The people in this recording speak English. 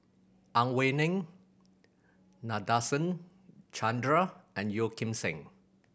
Ang Wei Neng Nadasen Chandra and Yeo Kim Seng